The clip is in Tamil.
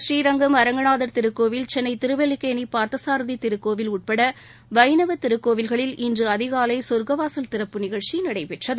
ஸ்ரீரங்கம் அரங்கநாதர் திருக்கோவில் சென்னை திருவல்லிக்கேணி பார்த்தசாரதி திருச்சி திருக்கோவில் உட்பட வைணவத் திருக்கோவில்களில் இன்று அதிகாலை சொ்க்கவாசல் திறப்பு நிகழ்ச்சி நடைபெற்றது